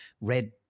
red